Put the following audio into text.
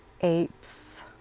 apes